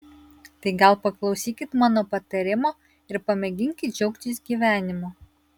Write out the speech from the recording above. tai gal paklausykit mano patarimo ir pamėginkit džiaugtis gyvenimu